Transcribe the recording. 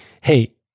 hey